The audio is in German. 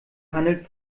handelt